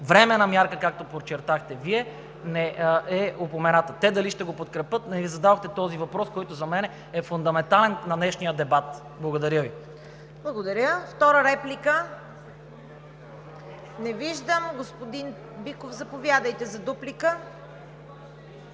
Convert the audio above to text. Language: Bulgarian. временна мярка, както подчертахте Вие, е упомената?! Те дали ще го подкрепят? Не зададохте този въпрос, който за мен е фундаментален на днешния дебат. Благодаря Ви. ПРЕДСЕДАТЕЛ ЦВЕТА КАРАЯНЧЕВА: Благодаря. Втора реплика? Не виждам. Господин Биков, заповядайте за дуплика.